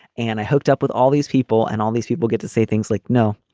and i hooked up with all these people. and all these people get to say things like, no,